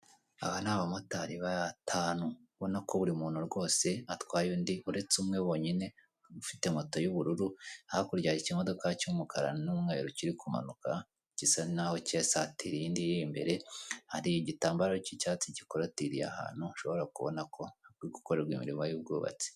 Aba ni abamotari batanu ibona ko buri muntu atwaye indi uretse umwe wenyine ufite moto y'ubururu, hakurya hari ikimodoka cy'umukara n'umweru kiri kumanuka gisa naho cyasatiriye indi iri imbere hari igitambaro cy'icyatsi gikorotiriye ahantu ushobora kubona ko hari gukorerwa imirimo y'ubwubatsi.